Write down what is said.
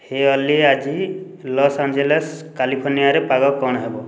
ହେ ଅଲି ଆଜି Los Angeles କାଲିଫର୍ନିଆରେ ପାଗ କ'ଣ ହେବ